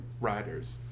riders